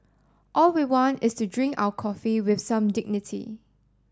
all we want is to drink our coffee with some dignity